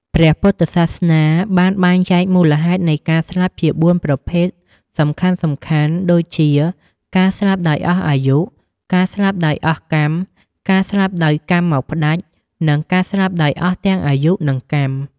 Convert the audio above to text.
ព្រះពុទ្ធសាសនាបានបែងចែកមូលហេតុនៃការស្លាប់ជាបួនប្រភេទសំខាន់ៗ ដូចជា ការស្លាប់ដោយអស់អាយុ ការស្លាប់ដោយអស់កម្ម ការស្លាប់ដោយកម្មមកផ្ដាច់ និង ការស្លាប់ដោយអស់ទាំងអាយុ និងកម្ម។